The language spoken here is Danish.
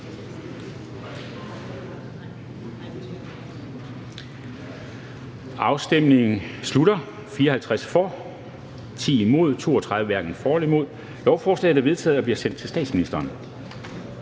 stemte 4 (NB og LA), hverken for eller imod stemte 0. Lovforslaget er vedtaget og bliver sendt til statsministeren.